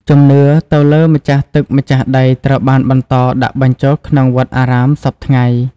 ជំនឿ ទៅលើម្ចាស់ទឹកម្ចាស់ដីត្រូវបានបន្តដាក់បញ្ចូលក្នុងវត្តអារាមសព្វថ្ងៃ។